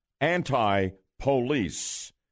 anti-police